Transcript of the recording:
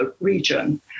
region